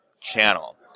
channel